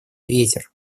ветер